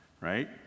right